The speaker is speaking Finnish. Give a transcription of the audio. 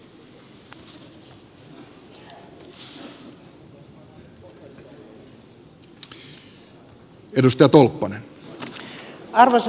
arvoisa puhemies